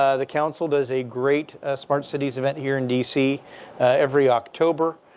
ah the council does a great smart cities event here in dc every october.